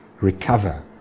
recover